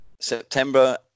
September